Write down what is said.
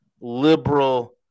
liberal